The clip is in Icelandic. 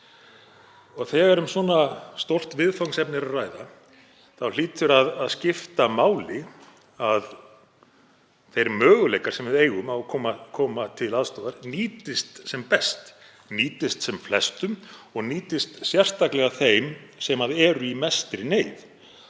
og þegar um svona stórt viðfangsefni er að ræða hlýtur að skipta máli að þeir möguleikar sem við eigum á að koma til aðstoðar nýtist sem best, nýtist sem flestum og nýtist sérstaklega þeim sem eru í mestri neyð.